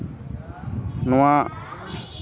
ᱱᱚᱣᱟ